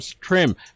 trim